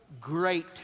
Great